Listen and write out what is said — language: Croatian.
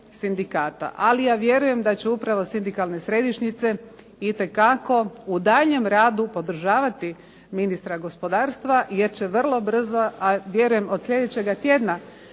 Ali ja vjerujem da će upravo sindikalne središnjice itekako u daljnjem radu podržavati ministra gospodarstva jer će vrlo brzo a vjerujem od slijedećega tjedna